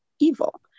evil